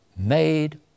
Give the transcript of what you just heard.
Made